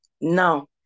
now